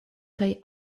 kaj